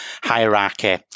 hierarchy